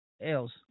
else